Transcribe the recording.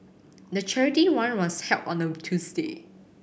the charity run was held on a Tuesday